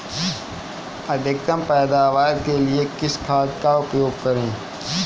अधिकतम पैदावार के लिए किस खाद का उपयोग करें?